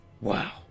Wow